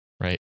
Right